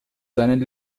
seinen